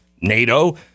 NATO